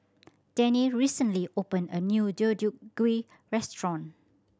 Dennie recently opened a new Deodeok Gui restaurant